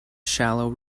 shallow